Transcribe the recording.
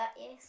yes